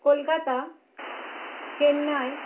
Kolkata Chennai